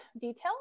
detail